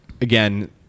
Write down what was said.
again